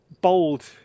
bold